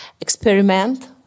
experiment